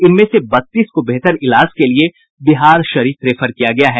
इनमें से बत्तीस को बेहतर इलाज के लिए बिहारशरीफ रेफर किया गया है